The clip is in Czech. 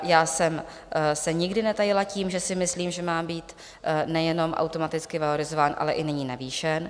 Já jsem se nikdy netajila tím, že si myslím, že má být nejenom automaticky valorizován, ale i nyní navýšen.